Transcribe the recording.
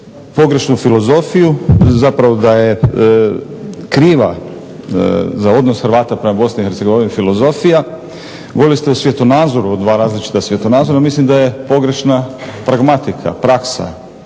pogrešnu filozofiju, zapravo da je kriva za odnos Hrvata prema Bosni i Hercegovini filozofija, govorili ste o svjetonazoru, o dva različita svjetonazora. Mislim da je pogrešna pragmatika, praksa